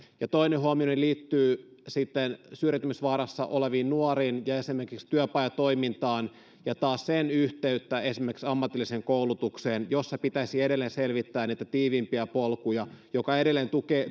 toinen huomioni liittyy sitten syrjäytymisvaarassa oleviin nuoriin ja esimerkiksi työpajatoimintaan ja taas sen yhteyteen esimerkiksi ammatilliseen koulutukseen tässä pitäisi edelleen selvittää niitä tiiviimpiä polkuja jotka sitten edelleen